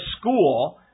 school